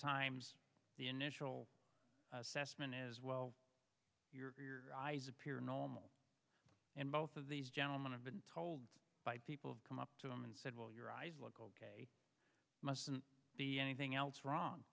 times the initial assessment is well your eyes appear normal and both of these gentlemen have been told by people have come up to them and said well your eyes look ok mustn't be anything else wrong